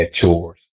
chores